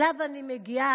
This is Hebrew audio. שאליו אני מגיעה